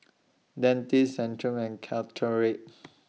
Dentiste Centrum and Caltrate